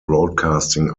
broadcasting